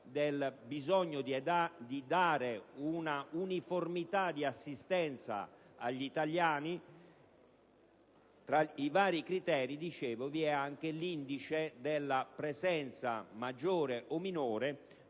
del bisogno di dare una uniformità di assistenza agli italiani, tra i vari criteri poniamo anche l'indice della presenza, maggiore o minore,